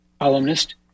columnist